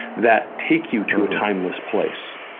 that take you to a timeless place.